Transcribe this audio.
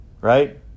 right